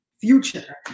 future